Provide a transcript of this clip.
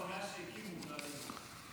מאז שהקימו אותה.